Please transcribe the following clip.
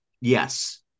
Yes